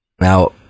now